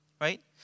right